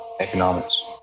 economics